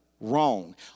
wrong